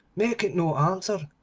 make it no answer.